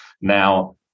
Now